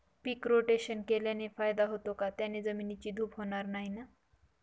पीक rotation केल्याने फायदा होतो का? त्याने जमिनीची धूप होणार नाही ना?